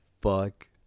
fuck